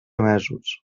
mesos